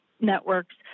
networks